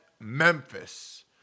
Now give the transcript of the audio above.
Memphis